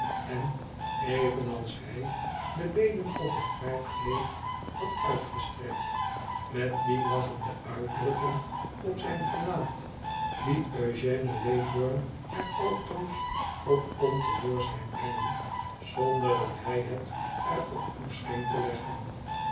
en evenals hij de beenen op het haardkleed had uitgestrekt met die lachende uitdrukking op zijn gelaat die ëugène wraybum er altoos op kon te voorschijn brengen zonder dat hij het er op toe scheen te leggen